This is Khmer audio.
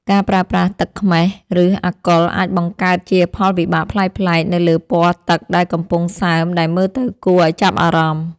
ការប្រើប្រាស់ទឹកខ្មេះ ឬ អាល់កុលអាចបង្កើតជាផលវិបាកប្លែកៗនៅលើពណ៌ទឹកដែលកំពុងសើមដែលមើលទៅគួរឱ្យចាប់អារម្មណ៍។